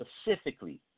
specifically